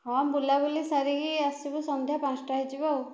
ହଁ ବୁଲାବୁଲି ସାରିକି ଆସିବୁ ସନ୍ଧ୍ୟା ପାଞ୍ଚଟା ହୋଇଯିବ ଆଉ